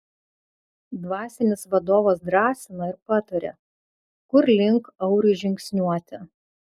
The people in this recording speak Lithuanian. dvasinis vadovas drąsina ir pataria kur link auriui žingsniuoti